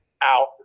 out